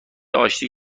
آشتی